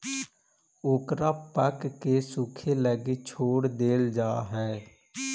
ओकरा पकके सूखे लगी छोड़ देल जा हइ